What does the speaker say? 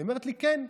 היא אומרת לי: כן.